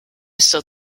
still